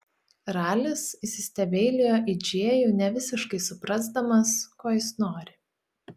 ralis įsistebeilijo į džėjų nevisiškai suprasdamas ko jis nori